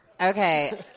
okay